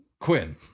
Quinn